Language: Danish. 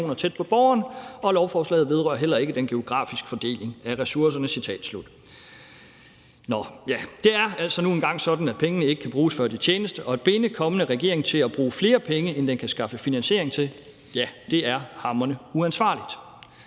tæt på borgeren. Lovforslaget vedrører heller ikke den geografiske fordeling af ressourcerne.« Nå ja, det er nu altså engang sådan, at pengene ikke kan bruges, før de tjenes, og at binde en kommende regering til at bruge flere penge, end den kan skaffe finansiering til, er hamrende uansvarligt.